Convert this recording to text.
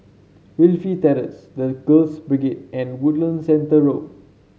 Wilkie Terrace The Girls Brigade and Woodlands Centre Road